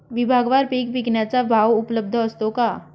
विभागवार पीक विकण्याचा भाव उपलब्ध असतो का?